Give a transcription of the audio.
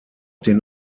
den